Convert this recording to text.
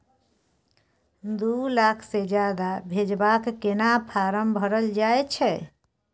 दू लाख से ज्यादा भेजबाक केना फारम भरल जाए छै?